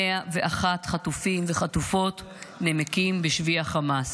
101 חטופים וחטופות נמקים בשבי החמאס.